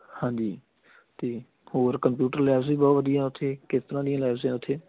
ਹਾਂਜੀ ਅਤੇ ਹੋਰ ਕੰਪਿਊਟਰ ਲੈਬਜ਼ ਵੀ ਬਹੁਤ ਵਧੀਆ ਉੱਥੇ ਕਿਸ ਤਰ੍ਹਾਂ ਦੀਆਂ ਲੈਬਸ ਆ ਉੱਥੇ